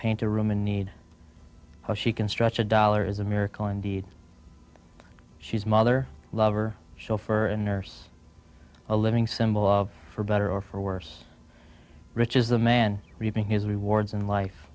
paint a room in need she can stretch a dollar is a miracle indeed she's mother lover show for a nurse a living symbol for better or for worse rich is the man reaping his rewards in life